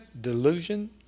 delusion